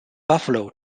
buffalo